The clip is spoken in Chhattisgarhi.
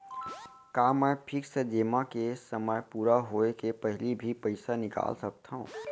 का मैं फिक्स जेमा के समय पूरा होय के पहिली भी पइसा निकाल सकथव?